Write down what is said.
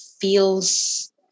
feels